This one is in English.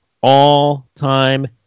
all-time